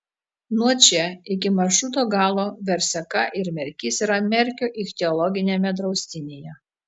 nuo čia iki maršruto galo verseka ir merkys yra merkio ichtiologiniame draustinyje